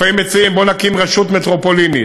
לפעמים מציעים: בוא נקים רשות מטרופולינית.